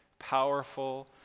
powerful